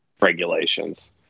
regulations